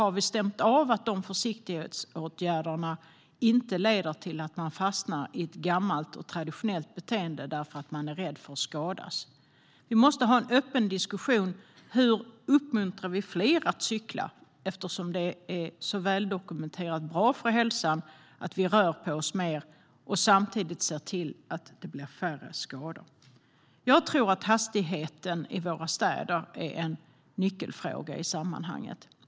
Har vi stämt av att de försiktighetsåtgärderna inte leder till att människor fastnar i ett gammalt och traditionellt beteende därför att de är rädda för att skadas? Vi måste ha en öppen diskussion. Hur uppmuntrar vi fler att cykla? Det är så väldokumenterat bra för hälsan att vi rör på oss mer och samtidigt ser till att det blir färre skador. Jag tror att hastigheten i våra städer är en nyckelfråga i sammanhanget.